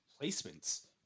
placements